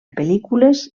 pel·lícules